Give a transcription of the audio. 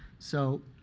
so